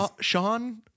Sean